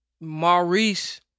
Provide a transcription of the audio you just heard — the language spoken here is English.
Maurice